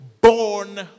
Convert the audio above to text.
Born